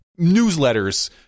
newsletters